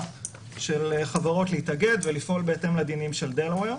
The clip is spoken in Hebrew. של חברות להתאגד ולפעול בהתאם לדינים של דלוואר.